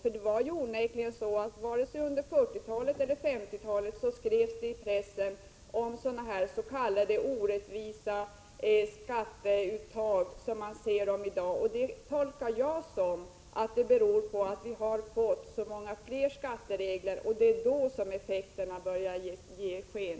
Varken under 1940 eller 1950-talet skrevs det i pressen om sådana orättvisa skatteuttag som man onekligen läser om i dag. Jag tolkar saken så, att detta beror på att vi har fått så många fler skatteregler och att effekterna av dem nu börjar märkas.